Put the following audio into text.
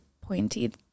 pointy